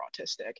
autistic